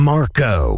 Marco